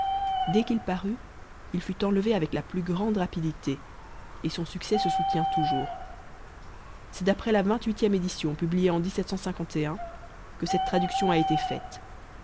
dès qu'il parut il fut culcaé avec la plu grande rapidité et son succès se soutient toujouts c'cst d'après la vingt-huitième édition publiée en que cette traduction a été faile